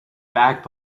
back